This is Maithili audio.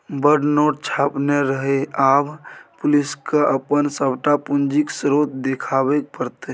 बड़ नोट छापने रहय आब पुलिसकेँ अपन सभटा पूंजीक स्रोत देखाबे पड़तै